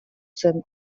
zen